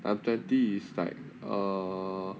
I'm twenty it's like err